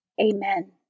Amen